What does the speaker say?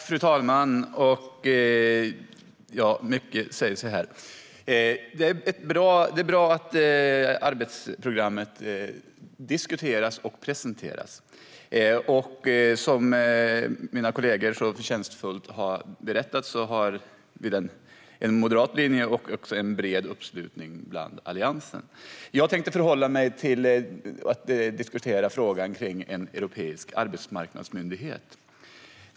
Fru talman! Det är bra att arbetsprogrammet diskuteras och presenteras. Som mina kollegor förtjänstfullt har berättat har vi en moderat linje och också en bred uppslutning i Alliansen. Jag tänkte diskutera frågan om en europeisk arbetsmarknadsmyndighet.